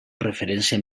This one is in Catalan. referència